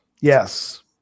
Yes